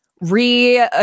Re